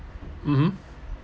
mmhmm